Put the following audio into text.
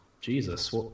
Jesus